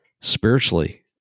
spiritually